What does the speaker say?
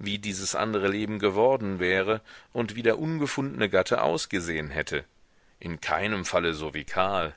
wie dieses andre leben geworden wäre und wie der ungefundne gatte ausgesehen hätte in keinem falle so wie karl